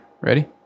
Ready